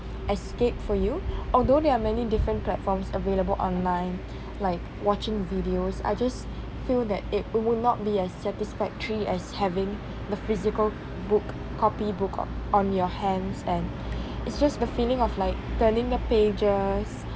escape for you although there are many different platforms available online like watching videos I just feel that it will not be as satisfactory as having the physical book copy book on your hands and it's just the feeling of like turning the pages